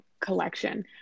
Collection